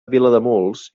vilademuls